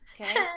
Okay